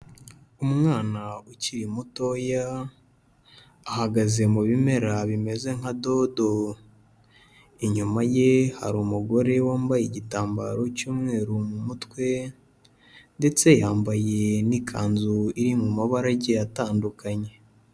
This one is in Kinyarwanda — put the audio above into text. Umwana ukiri mutoya ahagaze mu bimera bimeze nka dodo, inyuma ye hari umugore wambaye igitambaro cy'umweru mu mutwe ndetse yambaye n'ikanzu iri mu mabara agiye atandukanye.